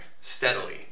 steadily